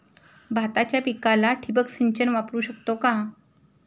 भाताच्या पिकाला ठिबक सिंचन वापरू शकतो का?